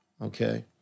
Okay